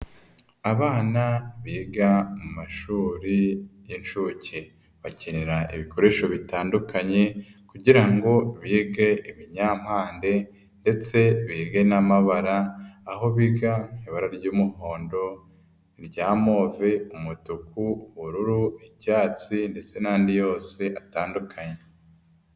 Abana biga mu mashuri y'inshuke bakenera ibikoresho bitandukanye kugira ngo bige ibinyampande ndetse bige n'amabara, aho biga ibara ry'umuhondo, irya move, umutuku, ubururu, icyatsi ndetse n'andi yose atandukanye.